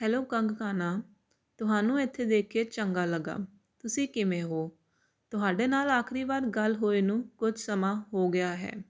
hello Kangana ਤੁਹਾਨੂੰ ਇੱਥੇ ਦੇਖ ਕੇ ਚੰਗਾ ਲੱਗਾ ਤੁਸੀਂ ਕਿਵੇਂ ਹੋ ਤੁਹਾਡੇ ਨਾਲ ਆਖਰੀ ਵਾਰ ਗੱਲ ਹੋਏ ਨੂੰ ਕੁਝ ਸਮਾਂ ਹੋ ਗਿਆ ਹੈ